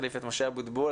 מחליף את משה אבוטבול.